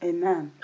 Amen